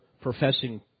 professing